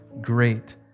great